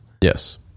yes